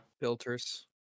Filters